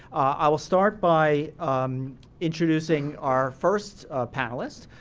i will start by introducing our first panelist.